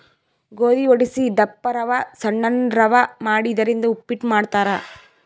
ಗೋಧಿ ವಡಸಿ ದಪ್ಪ ರವಾ ಸಣ್ಣನ್ ರವಾ ಮಾಡಿ ಇದರಿಂದ ಉಪ್ಪಿಟ್ ಮಾಡ್ತಾರ್